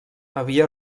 havia